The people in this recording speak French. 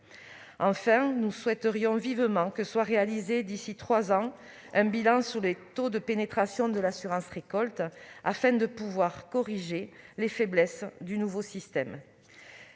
Enfin, nous souhaiterions vivement que soit réalisé, d'ici à trois ans, un bilan sur le taux de pénétration de l'assurance récolte afin de pouvoir corriger les faiblesses du nouveau système.